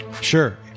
sure